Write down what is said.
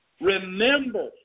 remember